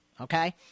okay